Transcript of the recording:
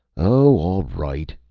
oh, all right!